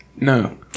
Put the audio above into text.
No